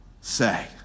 say